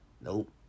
Nope